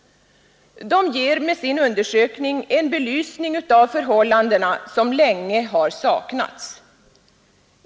De ger med sin undersökning en belysning av förhållandena som länge har saknats.